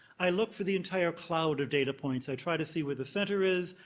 i look for the entire cloud of data points. i try to see where the center is,